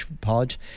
pod